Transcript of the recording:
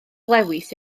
lewis